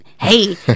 hey